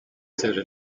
siège